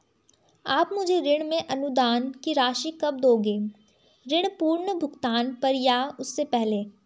आप मुझे ऋण में अनुदान की राशि कब दोगे ऋण पूर्ण भुगतान पर या उससे पहले?